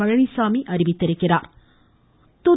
Palaniswami அறிவித்துள்ளா்